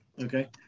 Okay